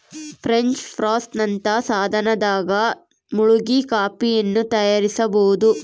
French press ನಂತಹ ಸಾಧನದಾಗ ಮುಳುಗಿ ಕಾಫಿಯನ್ನು ತಯಾರಿಸಬೋದು